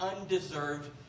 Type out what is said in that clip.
undeserved